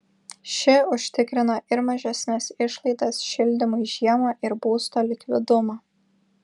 ši užtikrina ir mažesnes išlaidas šildymui žiemą ir būsto likvidumą